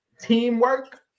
teamwork